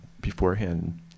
beforehand